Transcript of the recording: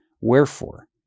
wherefore